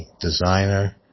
designer